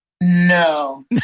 No